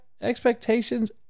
expectations